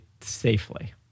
safely